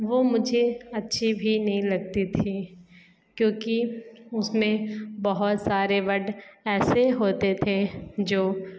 वो मुझे अच्छी भी नहीं लगती थी क्योंकि उसमें बहुत सारे वर्ड ऐसे होते थे जो